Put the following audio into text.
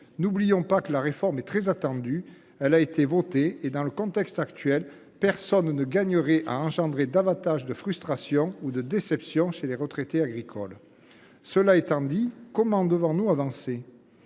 n’oublions pas que la réforme est très attendue. Elle a été votée et, dans le contexte actuel, personne ne gagnerait à engendrer davantage de frustration ou de déception chez les retraités agricoles. Cela étant dit, comment devons nous avancer ?